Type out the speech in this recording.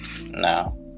no